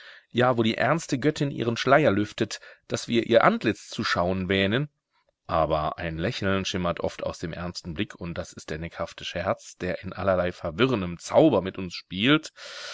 ja wo die ernste göttin ihren schleier lüftet daß wir ihr antlitz zu schauen wähnen aber ein lächeln schimmert oft aus dem ernsten blick und das ist der neckhafte scherz der in allerlei verwirrendem zauber mit uns spielt